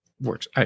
works